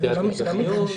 לפסיכיאטר של המיון.